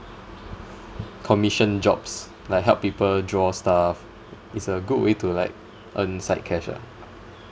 commission jobs like help people draw stuff it's a good way to like earn side cash ah